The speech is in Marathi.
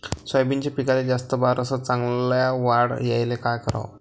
सोयाबीनच्या पिकाले जास्त बार अस चांगल्या वाढ यायले का कराव?